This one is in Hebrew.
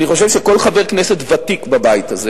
אני חושב שכל חבר כנסת ותיק בבית הזה